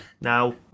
Now